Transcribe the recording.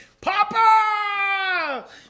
papa